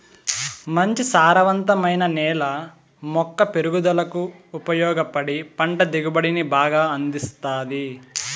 మంచి సారవంతమైన నేల మొక్క పెరుగుదలకు ఉపయోగపడి పంట దిగుబడిని బాగా అందిస్తాది